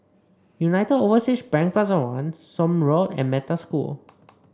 United Overseas Bank Plaza One Somme Road and Metta School